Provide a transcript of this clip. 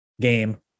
game